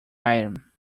item